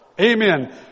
Amen